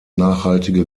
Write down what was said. nachhaltige